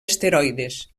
asteroides